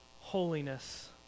holiness